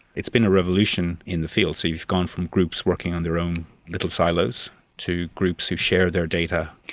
it's been a revolution in the field. so you've gone from groups working in their own little silos to groups who share their data.